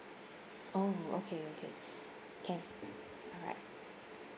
oh okay okay can alright